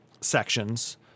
sections